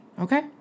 okay